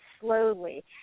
slowly